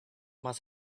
must